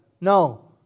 No